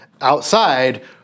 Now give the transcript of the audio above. outside